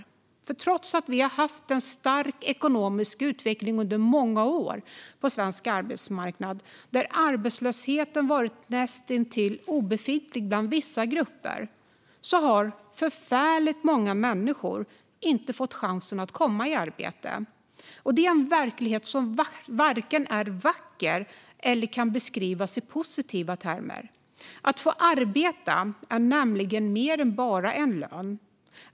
Trots att vi under många år har haft en stark ekonomisk utveckling på svensk arbetsmarknad och arbetslösheten varit näst intill obefintlig inom vissa grupper har förfärligt många människor inte fått chansen att komma i arbete. Det är en verklighet som varken är vacker eller kan beskrivas i positiva termer. Att få arbeta är nämligen mer än att bara få en lön.